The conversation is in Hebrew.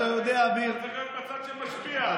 בצד שמשפיע,